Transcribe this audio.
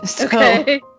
Okay